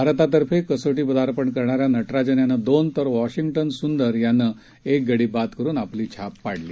भारतातर्फे कसोटी पदापर्ण करणाऱ्या नटराजन यानं दोन तर वॉशिंगटन सुंदर यानं एक गडी बाद करुन आपला छाप पाडली